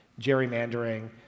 Gerrymandering